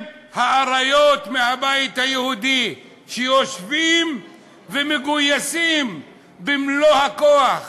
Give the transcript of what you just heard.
האריות מהבית היהודי שיושבים ומגויסים במלוא הכוח.